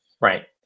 Right